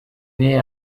née